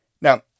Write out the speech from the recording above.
Now